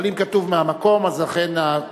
אבל אם כתוב "מהמקום" אה,